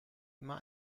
immer